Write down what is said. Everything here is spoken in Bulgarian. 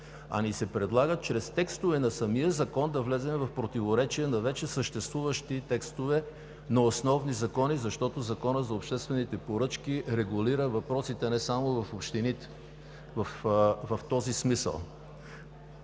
ни се чрез текстове на самия Закон да влезем в противоречие на вече съществуващите текстове на основни закони, защото Законът за обществените поръчки регулира въпросите не само в общините в този смисъл.